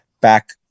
back